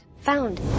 Found